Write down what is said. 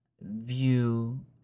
view